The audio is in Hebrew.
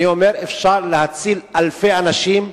אני אומר, אפשר להציל אלפי אנשים,